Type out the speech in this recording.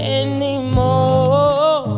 anymore